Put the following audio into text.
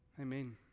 amen